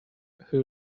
who